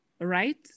right